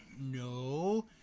no